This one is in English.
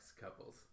couples